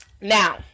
Now